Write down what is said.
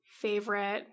favorite